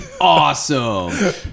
awesome